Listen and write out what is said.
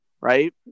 right